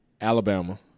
Alabama